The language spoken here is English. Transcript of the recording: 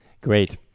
great